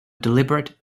deliberate